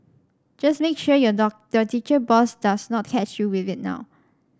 just make sure your dog the teacher boss does not catch you with it now